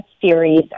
series